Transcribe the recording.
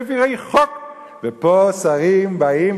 "מפירי חוק"; ופה שרים באים,